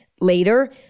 later